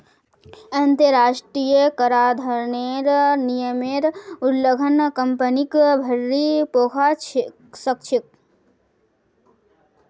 अंतरराष्ट्रीय कराधानेर नियमेर उल्लंघन कंपनीक भररी पोरवा सकछेक